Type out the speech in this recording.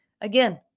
Again